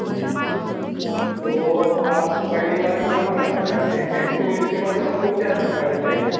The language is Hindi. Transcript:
जी जी तो आप पहली बार बोट करना चाहते हैं तो इसके बारे में आपको क्या जानकारी चाहिए